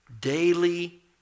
daily